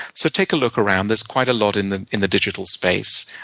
so take a look around. there's quite a lot in the in the digital space.